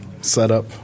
setup